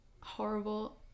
horrible